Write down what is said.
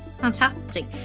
fantastic